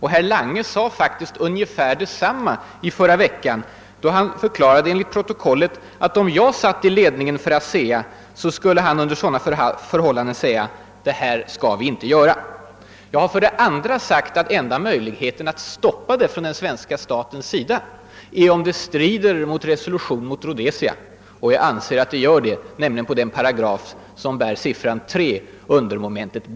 Herr Lange sade faktiskt någonting åt det hållet i förra veckan, då han enligt protokollet förklarade att om han satt i ledningen för ASEA skulle han säga: »Det här skall vi inte göra.» För det andra har jag sagt att enda legala möjligheten att från svenska statens sida att nu stoppa projektet är om det strider mot FN-resolutionen mot Rhodesia. Jag tror att det gör det, nämligen mot paragraf 3, mom. B.